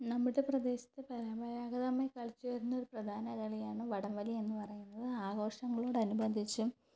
നമ്മുടെ പ്രദേശത്ത് പരമ്പരാഗതമായി കളിച്ച് വരുന്നൊരു പ്രധാനകളിയാണ് വടംവലിയെന്ന് പറയുന്നത് ആഘോഷങ്ങളോട് അനുബന്ധിച്ചും